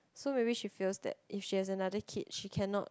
so maybe she feels that if she has another kid she cannot